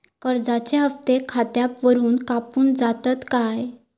कर्जाचे हप्ते खातावरून कापून जातत काय?